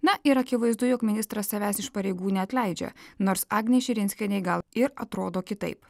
na ir akivaizdu jog ministras savęs iš pareigų neatleidžia nors agnei širinskienei gal ir atrodo kitaip